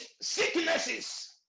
sicknesses